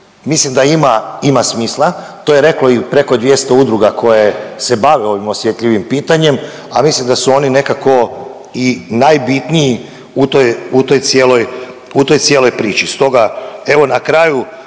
mislim da ima, ima smisla. To je reklo i preko 200 udruga koje se bave ovim osjetljivim pitanjem, a mislim da su oni nekako i najbitniji u toj cijeloj,